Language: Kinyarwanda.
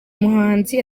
muhanzi